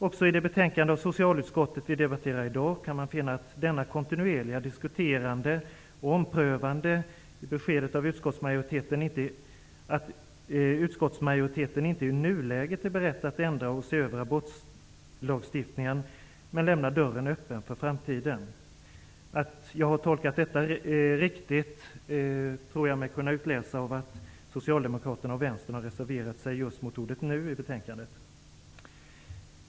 Också i det betänkande som vi i dag debatterar kan man finna detta kontinuerliga diskuterande och omprövande i beskedet att utskottsmajoriteten inte i nuläget är beredd att ändra eller se över abortlagstiftningen, men man lämnar dörren öppen för framtiden. Att detta är en riktig tolkning av betänkandet tror jag mig kunna utläsa av att socialdemokraterna och vänstern har reserverat sig just mot ordet ''nu'' i betänkandet.